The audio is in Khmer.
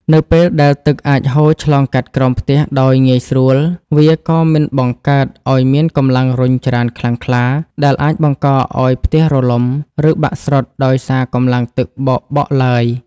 នៅពេលដែលទឹកអាចហូរឆ្លងកាត់ក្រោមផ្ទះដោយងាយស្រួល វាក៏មិនបង្កើតឱ្យមានកម្លាំងរុញច្រានខ្លាំងក្លា ដែលអាចបង្កឱ្យផ្ទះរលំ ឬបាក់ស្រុតដោយសារកម្លាំងទឹកបោកបក់ឡើយ។